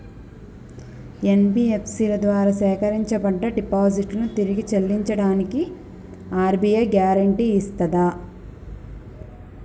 NBFC ల ద్వారా సేకరించబడ్డ డిపాజిట్లను తిరిగి చెల్లించడానికి ఆర్.బి.ఐ గ్యారెంటీ ఇస్తదా?